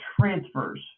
transfers